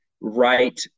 right